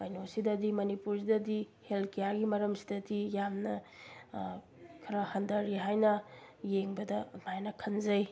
ꯀꯩꯅꯣꯁꯤꯗꯗꯤ ꯃꯅꯤꯄꯨꯔꯁꯤꯗꯗꯤ ꯍꯦꯜ ꯀꯤꯌꯥꯔꯒꯤ ꯃꯔꯝꯁꯤꯗꯗꯤ ꯌꯥꯝꯅ ꯈꯔ ꯍꯟꯊꯔꯤ ꯍꯥꯏꯅ ꯌꯦꯡꯕꯗ ꯑꯗꯨꯃꯥꯏꯅ ꯈꯟꯖꯩ